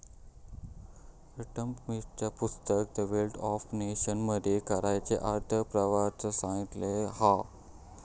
Adam स्मिथचा पुस्तक the wealth of nation मध्ये कराच्या आर्थिक प्रभावाक सांगितला हा